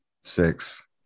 six